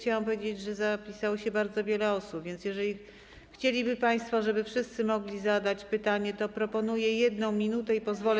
Chciałam powiedzieć, że zapisało się bardzo wiele osób, więc jeżeli chcieliby państwo, żeby wszyscy mogli zadać pytanie, to proponuję 1 minutę i pozwolę.